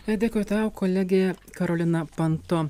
dėkui tau kolegė karolina panto